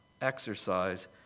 exercise